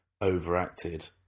overacted